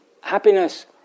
happiness